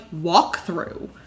walkthrough